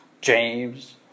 James